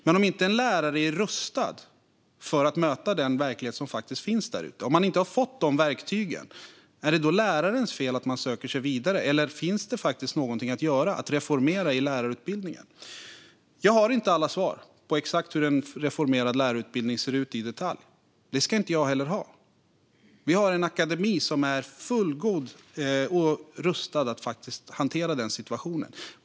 Men om en lärare inte är rustad för att möta den verklighet som faktiskt finns där ute, om läraren inte har fått dessa verktyg, är det då lärarens fel att han eller hon söker sig vidare? Eller finns det faktiskt någonting att göra, att reformera, i lärarutbildningen? Jag har inte alla svar på hur en reformerad lärarutbildning ser ut i detalj. Det ska jag inte heller ha. Vi har en akademi som är fullgod och rustad att faktiskt hantera denna situation.